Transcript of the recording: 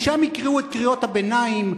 משם יקראו את קריאות הביניים,